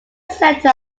centre